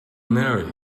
marry